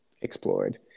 explored